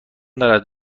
دارد